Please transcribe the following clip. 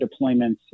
deployments